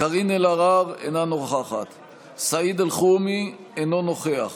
קארין אלהרר, אינה נוכחת סעיד אלחרומי, אינו נוכח